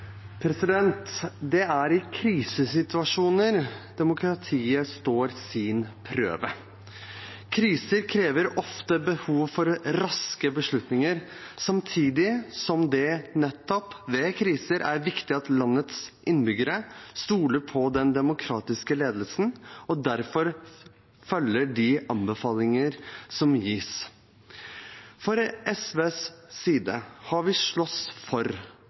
i krisesituasjoner demokratiet står sin prøve. Kriser krever ofte behov for raske beslutninger, samtidig som det nettopp ved kriser er viktig at landets innbyggere stoler på den demokratiske ledelsen og derfor følger de anbefalinger som gis. Fra SVs side har vi slåss for